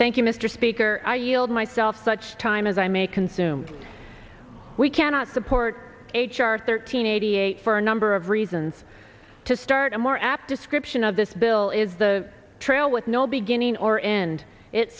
you mr speaker i yield myself such time as i may consume we cannot support h r thirteen eighty eight for a number of reasons to start a more apt description of this bill is the trail with no beginning or end it